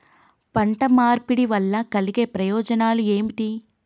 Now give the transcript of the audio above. పంట మార్పిడి వల్ల కలిగే ప్రయోజనాలు ఏమిటి?